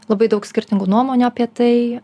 labai daug skirtingų nuomonių apie tai